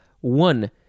One